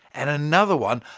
and another one,